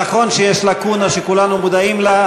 נכון שיש לקונה שכולנו מודעים לה,